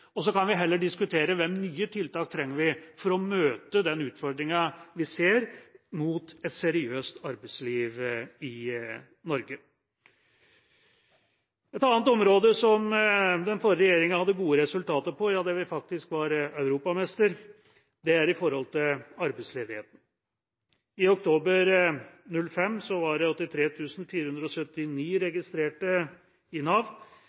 Så kan vi heller diskutere hvilke nye tiltak vi trenger for å møte den utfordringa vi ser, mot et seriøst arbeidsliv i Norge. Et annet område som den forrige regjeringa hadde gode resultater på – ja, der vi faktisk var europamester – er arbeidsledigheten. I oktober 2005 var det 83 479 registrerte i Nav. I oktober i år var det